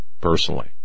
personally